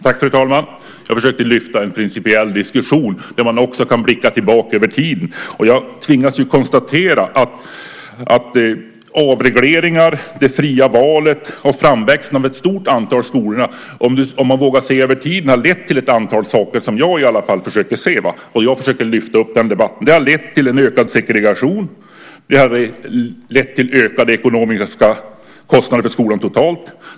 Fru talman! Jag försökte lyfta en principiell diskussion där man också kan blicka tillbaka över tiden. Jag tvingas konstatera att avregleringar, det fria valet och framväxandet av ett stort antal skolor över tiden har lett till ett antal saker som jag i alla fall försöker se och lyfta upp till debatt. Det har lett till en ökad segregation. Det har lett till ökade ekonomiska kostnader för skolan totalt.